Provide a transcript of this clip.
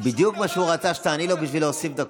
בדיוק מה שהוא רצה שתעני לו בשביל להוסיף דקות.